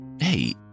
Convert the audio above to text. Hey